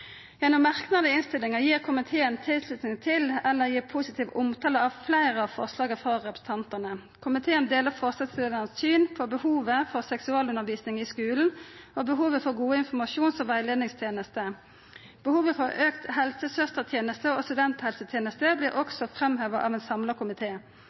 Gjennom merknader i innstillinga gir komiteen tilslutning til eller positiv omtale av fleire av forslaga frå representantane. Komiteen deler synet til forslagsstillarane på behovet for seksualundervisning i skulen og behovet for gode informasjons- og rettleiingstenester. Behovet for auka helsesøstertenester og